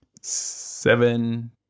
Seven